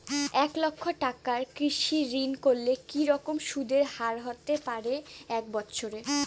এক লক্ষ টাকার কৃষি ঋণ করলে কি রকম সুদের হারহতে পারে এক বৎসরে?